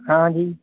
हाँ जी